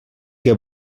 què